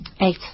Eight